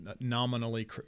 nominally